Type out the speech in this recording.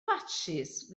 fatsis